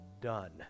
done